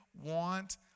want